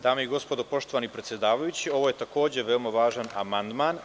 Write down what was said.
Dame i gospodo, poštovani predsedavajući, ovo je takođe veoma važan amandman.